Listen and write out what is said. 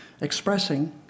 expressing